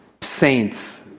saints